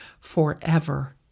forever